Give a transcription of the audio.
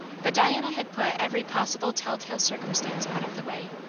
but diana had put every possible tell-tale circumstance out of the way.